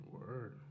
Word